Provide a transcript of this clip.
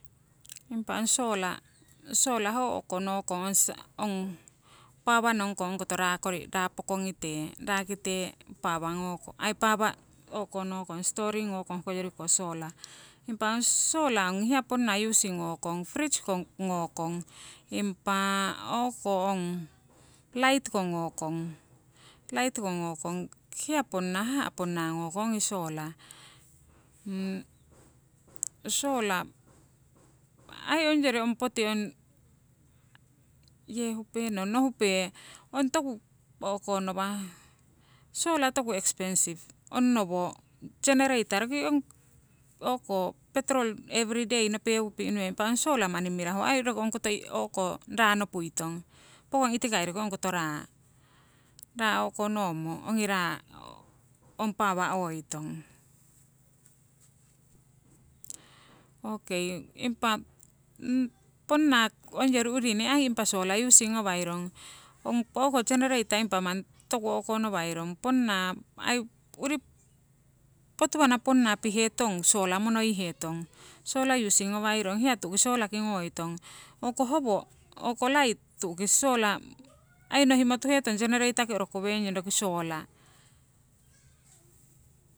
Impa ong sola, sola ho o'ko nokong pawa nong kong ongkoto raa pawa storing ngokong hokoyoriko sola. Impa ong sola ong hiya ponna using ngokong fridge ko ngokong, impa o'ko ong lait ko ngokong, lait ko ngokong, hiya ponna haha' ko ponna ngokong ongi sola. sola aii ongyori ong poti ong ong toku o'konowah sola toku expensive onnowo genereita roki ong o'ko petrol every day nopeupi' nuiyong. Impa ong sola manni mirahu aii roki ong koto o'ko raa nopuitong. Pokong itikai roki ongkoto raa, ongi raa o'konomo ongi raa ong pawa oitong. Okei impa ponna ongyori urini aii impa sola using ngawairong, ong o'ko genereita impa manni toku o'konowairong ponna aii uri potuwana ponna pihetong sola monoihetong sola using nawairong. Hiya tu'ki solaki ngoitong, ongko howo, ongko lait tu'ki sola aii nohimo tuhetong genereitaki oroko wering roki sola.